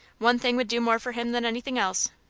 one thing would do more for him than anything else.